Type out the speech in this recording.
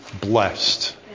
blessed